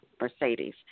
Mercedes